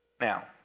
Now